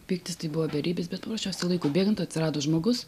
pyktis tai buvo beribis bet papraščiausiai laikui bėgant atsirado žmogus